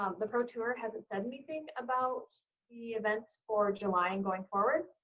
um the pro tour hasn't said anything about events for july and going forward,